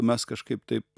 mes kažkaip taip